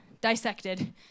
dissected